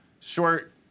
short